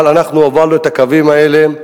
אבל אנחנו הובלנו את הקווים האלה.